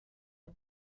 the